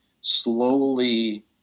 slowly